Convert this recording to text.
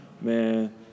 man